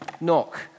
knock